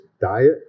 diet